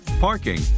parking